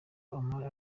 omar